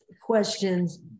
questions